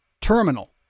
terminal